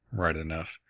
right enough,